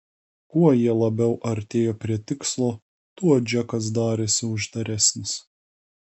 kuo jie labiau artėjo prie tikslo tuo džekas darėsi uždaresnis